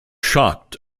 shocked